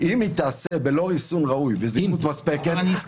"אם היא תיעשה בלא ריסון ראוי וזהירות מספקת,